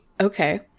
okay